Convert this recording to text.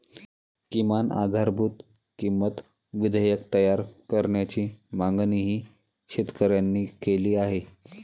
किमान आधारभूत किंमत विधेयक तयार करण्याची मागणीही शेतकऱ्यांनी केली आहे